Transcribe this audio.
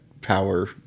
power